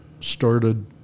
started